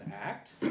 act